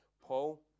Paul